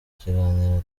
kiganiro